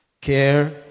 care